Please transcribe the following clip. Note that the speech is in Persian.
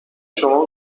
شما